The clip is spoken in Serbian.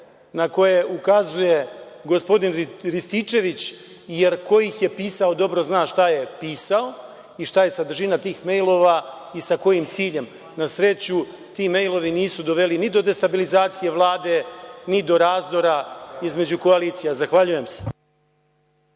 na koje ukazuje gospodin Rističević, jer ko ih je pisao dobro zna šta je pisao i šta je sadržina tih mejlova i sa kojim ciljem. Na sreću ti mejlovi nisu doveli ni do destabilizacije Vlade, ni do razdora između koalicija. Zahvaljujem se.